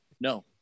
No